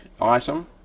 item